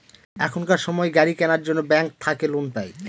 এখনকার সময় গাড়ি কেনার জন্য ব্যাঙ্ক থাকে লোন পাই